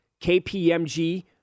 KPMG